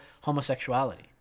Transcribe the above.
homosexuality